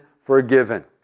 forgiven